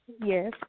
Yes